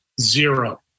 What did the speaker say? Zero